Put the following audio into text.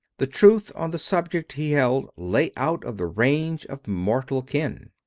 the truth on the subject, he held, lay out of the range of mortal ken.